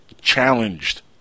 challenged